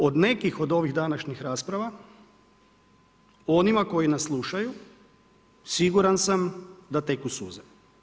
Od nekih od ovih današnjih rasprava, onima koji nas slušaju, siguran sam da teku suze.